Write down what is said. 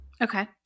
Okay